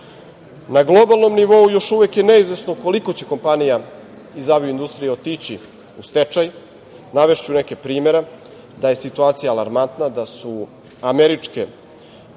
globalnom nivou još uvek je neizvesno koliko će kompanija iz avio-industrije otići u stečaj. Navešću neke primere da je situacija alarmantna, da su američke